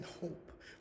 hope